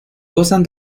gozan